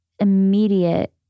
immediate